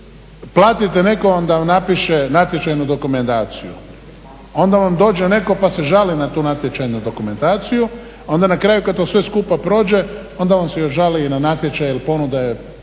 platite nekom da vam napiše natječajnu dokumentaciju. Onda vam dođe netko pa se žali na tu natječajnu dokumentaciju, onda na kraju kad to sve skupa prođe onda vam se još žali i na natječaj, jer ponuda je